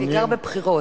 בעיקר בבחירות.